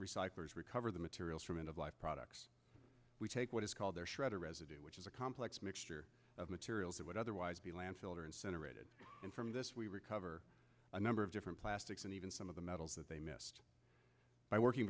recyclers recover the materials from end of life products we take what is called their shredder residue which is a complex mixture of materials that would otherwise be landfill or and center rated in from this we recover a number of different plastics and even some of the metals that they missed by working